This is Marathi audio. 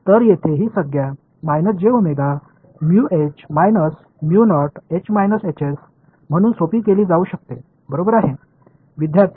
तर येथे ही संज्ञा म्हणून सोपी केली जाऊ शकते बरोबर आहे